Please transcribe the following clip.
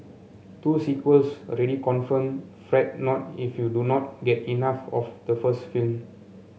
two sequels already confirmed Fret not if you do not get enough of the first film